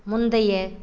முந்தைய